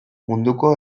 munduko